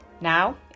Now